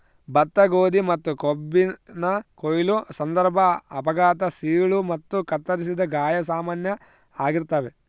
ಭತ್ತ ಗೋಧಿ ಮತ್ತುಕಬ್ಬಿನ ಕೊಯ್ಲು ಸಂದರ್ಭ ಅಪಘಾತ ಸೀಳು ಮತ್ತು ಕತ್ತರಿಸಿದ ಗಾಯ ಸಾಮಾನ್ಯ ಆಗಿರ್ತಾವ